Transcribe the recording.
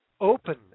open